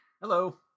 Hello